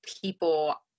people